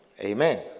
Amen